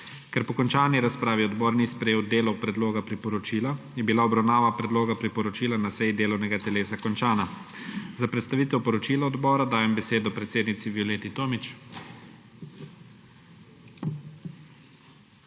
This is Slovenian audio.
Ker po končani razpravi odbor ni sprejel delov predloga priporočila, je bila obravnava predloga priporočila na seji delovnega telesa končana. Za predstavitev poročila odbora dajem besedo predsednici Violeti Tomić.